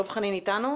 דב חנין אתנו?